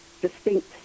distinct